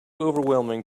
overwhelming